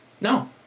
No